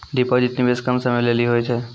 Deposit निवेश कम समय के लेली होय छै?